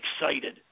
excited